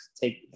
take